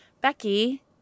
Becky